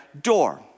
door